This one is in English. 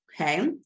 Okay